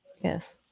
Yes